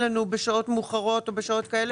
אוקיי.